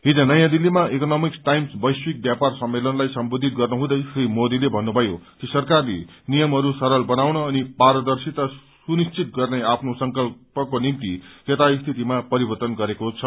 हिज नयाँ दिल्लीमा Economics Times वैश्विक ब्यापार सम्मेलनलाई सम्बोधित गर्नु हुँदै श्री मोदीले भन्नुभयो कि सरकारले नियमहरू सरल बनाउन अनि पारदर्शिता सुनिश्चित गर्ने आफ्नो संकल्पको निम्ति यथास्थितिमा परिवर्त्तन गरेको छ